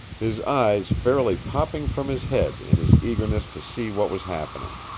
his eyes fairly popping from his head in his eagerness to see what was happening.